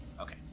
Okay